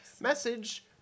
message